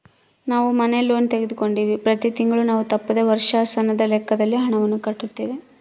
ನಾವು ಮನೆ ಲೋನ್ ತೆಗೆದುಕೊಂಡಿವ್ವಿ, ಪ್ರತಿ ತಿಂಗಳು ನಾವು ತಪ್ಪದೆ ವರ್ಷಾಶನದ ಲೆಕ್ಕದಲ್ಲಿ ಹಣವನ್ನು ಕಟ್ಟುತ್ತೇವೆ